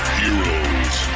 heroes